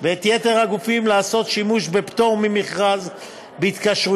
ואת יתר הגופים לעשות שימוש בפטור ממכרז בהתקשרויותיהם